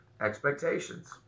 expectations